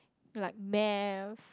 like Math